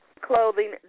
clothing